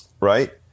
right